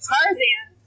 Tarzan